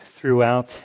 throughout